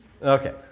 Okay